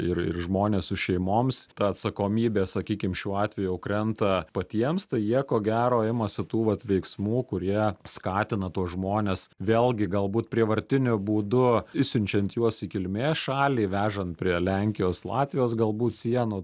ir ir žmonės su šeimoms ta atsakomybė sakykim šiuo atveju jau krenta patiems tai jie ko gero imasi tų vat veiksmų kurie skatina tuos žmones vėlgi galbūt prievartiniu būdu išsiunčiant juos į kilmės šalį vežant prie lenkijos latvijos galbūt sienų